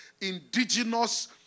indigenous